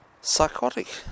psychotic